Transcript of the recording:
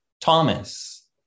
Thomas